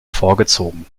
vorgezogen